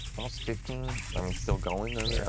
almost fifteen i mean, it's still going yeah